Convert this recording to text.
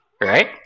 Right